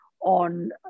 on